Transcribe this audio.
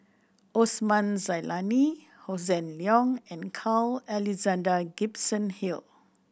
Osman Zailani Hossan Leong and Carl Alexander Gibson Hill